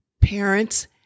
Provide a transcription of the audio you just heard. Parents